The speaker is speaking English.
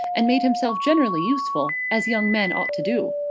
and made himself generally useful, as young men ought to do.